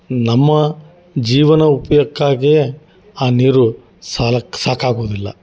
ನಮ್ಮ ಜೀವನ ಉಪ್ಯೋಕ್ಕಾಗೆ ಆ ನೀರು ಸಾಲಕ್ ಸಾಕಾಗೋದಿಲ್ಲ